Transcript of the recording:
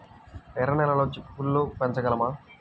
ఎర్ర నెలలో చిక్కుళ్ళు పెంచగలమా?